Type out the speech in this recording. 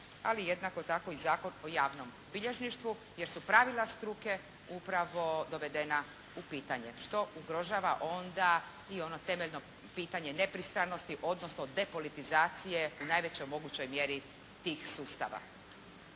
ali jednako tako i Zakon o javnom bilježništvu jer su pravila struke upravo dovedena u pitanje što ugrožava onda i ono temeljno pitanje nepristranosti odnosno depolitizacije u najvećoj mogućoj mjeri tih sustava.